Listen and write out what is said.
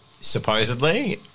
supposedly